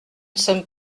sommes